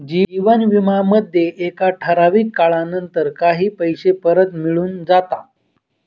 जीवन विमा मध्ये एका ठराविक काळानंतर काही पैसे परत मिळून जाता